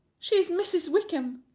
she is mrs. wickham.